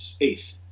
eighth